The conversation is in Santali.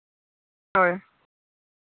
ᱦᱳᱭ